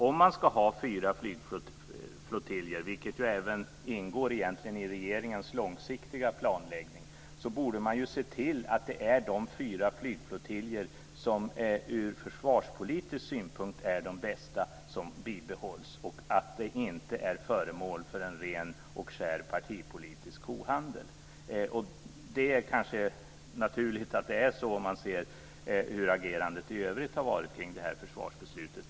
Om man ska ha fyra flygflottiljer, vilket ingår även i regeringens långsiktiga planläggning, borde man se till att det blir de fyra flygflottiljer som från försvarspolitisk synpunkt är de bästa som bibehålls och att de inte är föremål för en ren och skär partipolitisk kohandel. Det är kanske naturligt att det är så, om man ser till hur agerandet i övrigt har varit kring det här försvarsbeslutet.